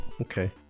okay